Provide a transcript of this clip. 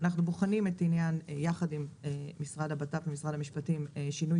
אנחנו בוחנים יחד עם משרד הבט"פ ומשרד המשפטים שינוי